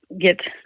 get